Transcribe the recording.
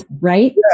right